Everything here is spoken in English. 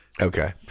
Okay